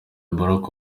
barack